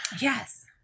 Yes